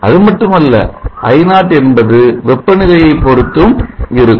அதுமட்டுமல்ல I0 என்பது வெப்ப நிலையை பொருத்தும் இருக்கும்